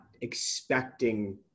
expecting